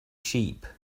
sheep